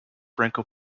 franco